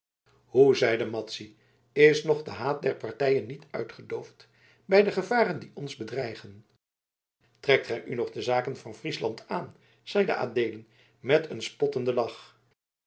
hoe zeide madzy is nog de haat der partijen niet uitgedoofd bij de gevaren die ons bedreigen trekt gij u nog de zaken van friesland aan zeide adeelen met een spottenden lach